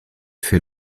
fait